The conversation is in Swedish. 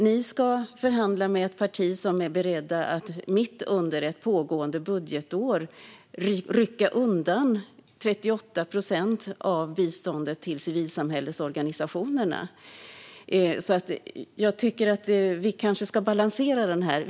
Ni ska förhandla med ett parti som är berett att mitt under ett pågående budgetår rycka undan 38 procent av biståndet till civilsamhällesorganisationerna, så vi kanske ska balansera det här.